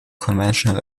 conventional